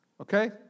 okay